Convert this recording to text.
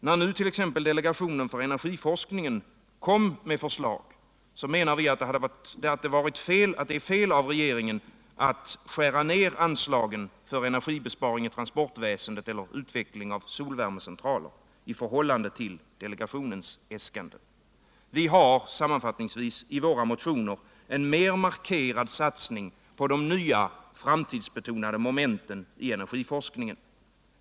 När nu 1. ex. delegationen för energiforskningen kommit med förslag, så menar vi att det är fel av regeringen att skära ned anslagen för energibesparing i transportväsendet eller för utveckling av solvärmecentraler i förhållande till delegationens äskande. Vi har sammanfattningsvis i våra motioner betonat en mer markerad satsning på de nya framtidsbetonade momenten inom encrgiforskningen.